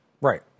Right